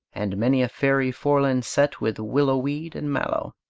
and many a fairy foreland set with willow-weed and mallow.